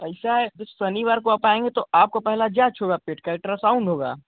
एसा है शनिवार को आप आयेंगे तो आप को पहला जाँच होगा फिट के अल्ट्रसाउन्ड होगा